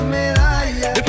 medalla